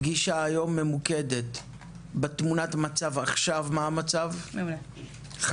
הפגישה היום ממוקדת בתמונת המצב: מה המצב עכשיו; חסמים,